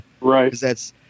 right